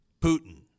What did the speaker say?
Putin